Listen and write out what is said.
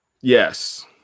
Yes